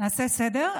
נעשה סדר: